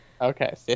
Okay